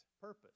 purpose